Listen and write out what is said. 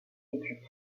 études